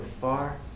far